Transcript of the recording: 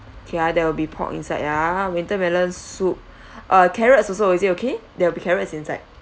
okay ah there will be pork inside ah winter melon soup uh carrots also is it okay they'll be carrots inside